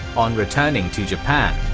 on returning to japan,